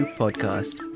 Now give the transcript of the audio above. podcast